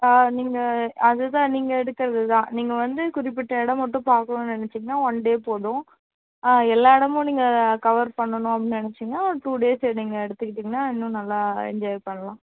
ஆ நீங்கள் அதுதான் நீங்கள் எடுக்கிறது தான் நீங்கள் வந்து குறிப்பிட்ட இடம் மட்டும் பார்க்கணும்னு நெனைச்சீங்கன்னா ஒன் டே போதும் எல்லா இடமும் நீங்கள் கவர் பண்ணணும் அப்படின்னு நீங்கள் நெனைச்சீங்கன்னா டூ டேஸ் நீங்கள் எடுத்துக்கிட்டீங்கன்னா இன்னும் நல்லா என்ஜாய் பண்ணலாம்